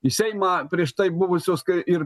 į seimą prieš tai buvusios kai ir